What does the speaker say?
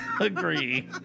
agree